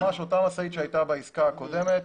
ממש אותה משאית שהייתה בעסקה הקודמת.